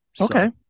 Okay